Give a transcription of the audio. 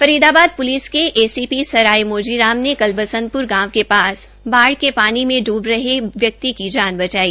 Faridabad police के ACP Sarai Mojiram ने कल बसंतपुर गांव के पास बाढ़ के पानी मे ड्रब रहे व्यक्ति की जान बचाई